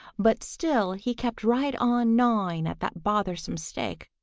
but still he kept right on gnawing at that bothersome stake.